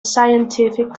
scientific